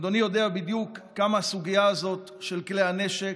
אדוני יודע בדיוק עד כמה הסוגיה הזאת של כלי הנשק,